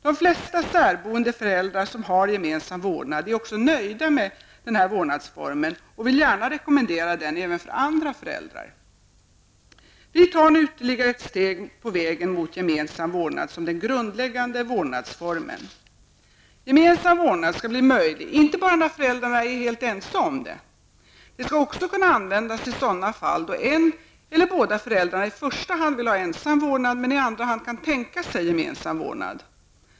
De flesta särboende föräldrar som har gemensam vårdnad är också nöjda med denna vårdnadsform och vill gärna rekommendera den även för andra föräldrar. Vi tar nu ytterligare ett steg på vägen mot gemensam vårdnad som den grundläggande vårdnadsformen. Gemensam vårdnad skall bli möjlig inte bara när föräldrarna är helt ense om detta. Den skall också kunna användas i sådana fall då en eller båda föräldrarna i första hand vill ha ensam vårdnad men i andra hand kan tänka sig gemensam vårdnad.